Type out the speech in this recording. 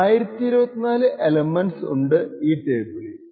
1024 elements ഉണ്ട് ഈ ടേബിളിൽ